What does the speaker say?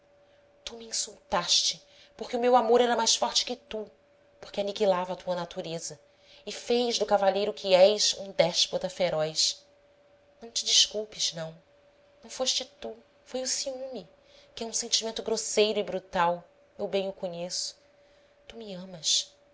tu me insultaste porque o meu amor era mais forte que tu porque aniquilava a tua natureza e fez do cavalheiro que és um déspota feroz não te desculpes não não foste tu foi o ciúme que é um sentimento grosseiro e brutal eu bem o conheço tu me amas